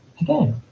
Again